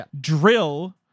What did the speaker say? drill